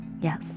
yes